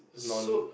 non